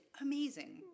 amazing